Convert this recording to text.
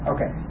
Okay